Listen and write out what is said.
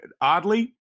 oddly